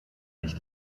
nicht